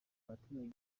abaturage